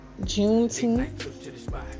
Juneteenth